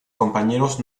compañeros